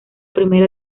primera